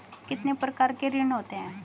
कितने प्रकार के ऋण होते हैं?